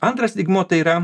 antras lygmuo tai yra